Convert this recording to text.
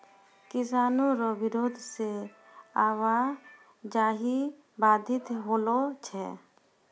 किसानो रो बिरोध से आवाजाही बाधित होलो छै